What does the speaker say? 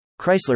Chrysler